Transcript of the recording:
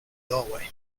doorway